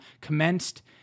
commenced